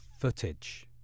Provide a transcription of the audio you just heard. footage